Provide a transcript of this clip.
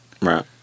Right